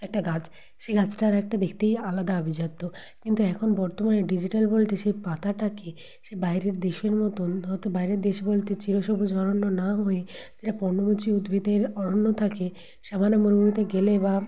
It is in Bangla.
একটা গাছ সেই গাছটার একটা দেখতেই আলাদা আভিজাত্য কিন্তু এখন বর্তমানে ডিজিটাল বলতে সেই পাতাটাকে সেই বাইরের দেশের মতোন হয়তো বাইরের দেশ বলতে চিরসবুজ অরণ্য না হয়ে যেটা পর্ণমোচী উদ্ভিদের অরণ্য থাকে সাভানা মরুভূমিতে গেলে বা